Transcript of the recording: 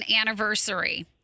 anniversary